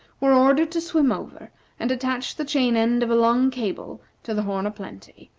were ordered to swim over and attach the chain-end of a long cable to the horn o' plenty.